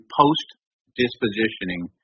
post-dispositioning